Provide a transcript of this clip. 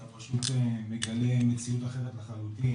אתה פשוט מגלה מציאות אחרת לחלוטין,